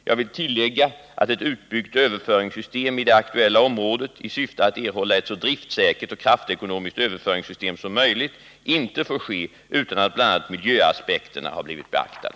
Jag vill tillägga att ett utbyggt överföringssystem i det aktuella området i syfte att erhålla ett så driftsäkert och kraftekonomiskt överföringssystem som möjligt inte får införas utan att bl.a. miljöaspekterna har blivit beaktade.